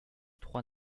trois